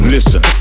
Listen